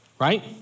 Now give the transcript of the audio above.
right